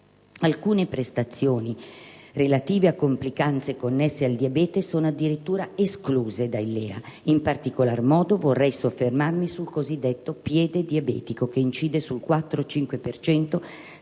alcune prestazioni relative a complicanze connesse al diabete sono addirittura escluse dai LEA. In particolar modo vorrei soffermarmi sul cosiddetto piede diabetico, che incide sul 4-5 per